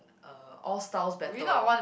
uh all styles battle